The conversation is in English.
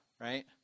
right